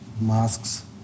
masks